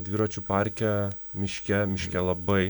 dviračių parke miške miške labai